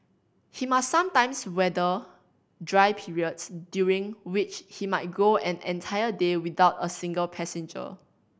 he must sometimes weather dry periods during which he might go and an entire day without a single passenger